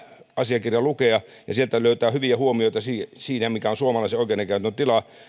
asiakirja lukea sieltä löytää hyviä huomioita siitä mikä on suomalaisen oikeudenkäytännön tila